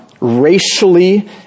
racially